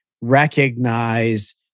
recognize